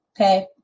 okay